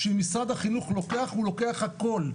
שאם משרד החינוך לוקח הוא לוקח הכל,